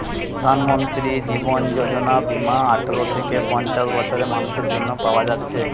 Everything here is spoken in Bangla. প্রধানমন্ত্রী জীবন যোজনা বীমা আঠারো থিকে পঞ্চাশ বছরের মানুসের জন্যে পায়া যাচ্ছে